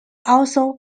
also